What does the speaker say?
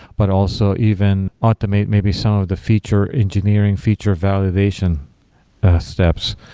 but also even automate maybe some of the feature, engineering feature validation steps.